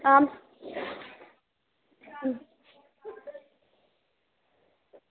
आं